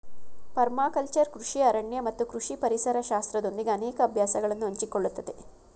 permaculture ಕೃಷಿ ಅರಣ್ಯ ಮತ್ತು ಕೃಷಿ ಪರಿಸರ ಶಾಸ್ತ್ರದೊಂದಿಗೆ ಅನೇಕ ಅಭ್ಯಾಸಗಳನ್ನು ಹಂಚಿಕೊಳ್ಳುತ್ತದೆ